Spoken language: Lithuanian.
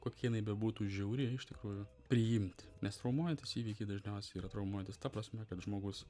kokia jinai bebūtų žiauri iš tikrųjų priimt nes traumuojantys įvykiai dažniausia yra traumuojantys ta prasme kad žmogus